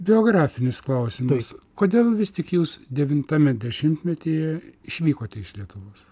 biografinis klausimais kodėl vis tik jūs devintame dešimtmetyje išvykote iš lietuvos